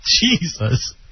Jesus